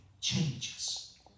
changes